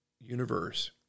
universe